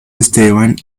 esteban